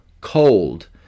cold